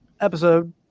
episode